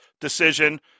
decision